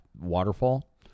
waterfall